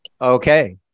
Okay